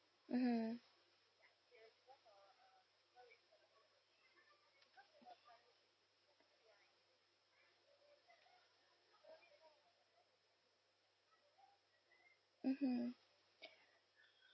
mmhmm mmhmm